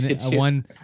one